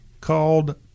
called